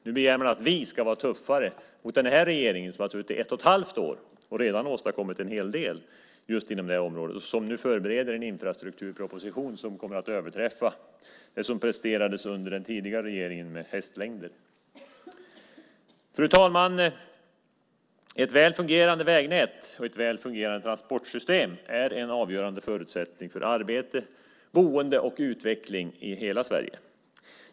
Nu begär man att vi ska vara tuffare mot den här regeringen, som har suttit i ett och ett halvt år och redan åstadkommit en hel del just inom det här området och som nu förbereder en infrastrukturproposition som kommer att överträffa det som presterades under den tidigare regeringen med hästlängder. Fru talman! Ett väl fungerande vägnät och ett väl fungerande transportsystem är en avgörande förutsättning för arbete, boende och utveckling i hela Sverige.